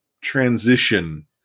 transition